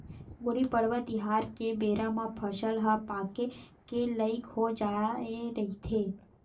गुड़ी पड़वा तिहार के बेरा म फसल ह पाके के लइक हो जाए रहिथे